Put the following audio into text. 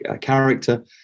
character